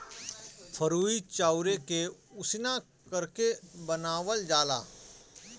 फरुई चाउरे के उसिना करके बनावल जाला